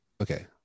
Okay